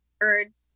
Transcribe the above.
birds